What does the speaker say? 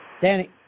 Danny